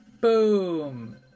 Boom